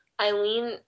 Eileen